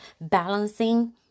balancing